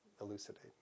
elucidate